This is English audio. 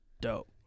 Dope